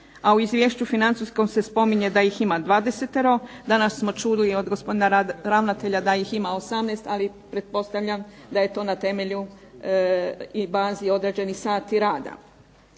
a u izvješću financijskom se spominje da ih ima 20-ero. Danas smo čuli od gospodina ravnatelja da ih ima 18, ali pretpostavljam da je to na temelju i bazi određenih sati rada.